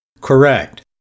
Correct